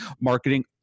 marketing